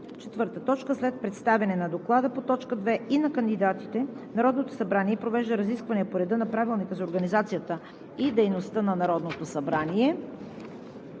кандидат. 4. След представяне на Доклада по точка две и на кандидатите Народното събрание провежда разискване по реда на Правилника за организацията и дейността на Народното събрание.